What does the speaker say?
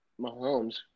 Mahomes